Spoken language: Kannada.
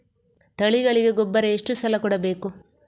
ತಳಿಗಳಿಗೆ ಗೊಬ್ಬರ ಎಷ್ಟು ಸಲ ಕೊಡಬೇಕು?